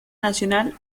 nacional